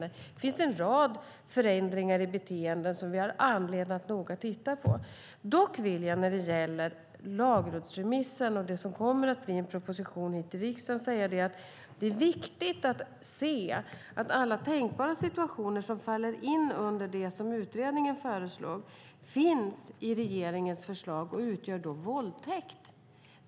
Det finns en rad förändringar i beteenden som vi har anledning att noga titta på. Dock vill jag när det gäller lagrådsremissen och det som kommer att bli en proposition till riksdagen säga att det är viktigt att se att alla tänkbara situationer som faller in under det som utredningen föreslog finns i regeringens förslag och utgör "våldtäkt".